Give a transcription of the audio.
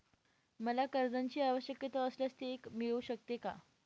मला कर्जांची आवश्यकता असल्यास ते मिळू शकते का?